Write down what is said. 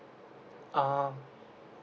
um